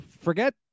forget